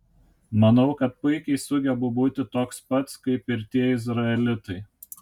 manau kad puikiai sugebu būti toks pats kaip ir tie izraelitai